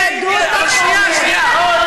אבל, אורלי, אבל הוא רוצה לעבוד.